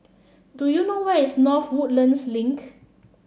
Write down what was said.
do you know where is North Woodlands Link